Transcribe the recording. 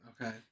Okay